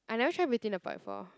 I never try Beauty in a Pot before